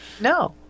No